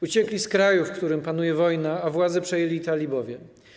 Uciekli z kraju, w którym panuje wojna, a władzę przejęli Talibowie.